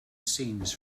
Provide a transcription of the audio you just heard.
scenes